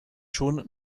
schon